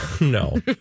No